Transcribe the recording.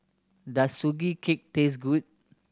does Sugee Cake taste good